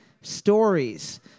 Stories